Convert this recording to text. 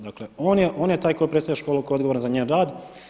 Dakle, on je taj koji predstavlja školu tko je odgovoran za njen rad.